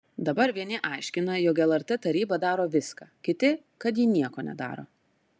dabar vieni aiškina jog lrt taryba daro viską kiti kad ji nieko nedaro